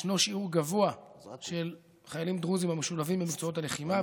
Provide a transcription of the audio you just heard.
ישנו שיעור גבוה של חיילים דרוזים המשולבים במקצועות הלחימה.